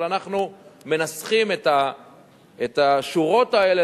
אבל אנחנו מנסחים את השורות האלה,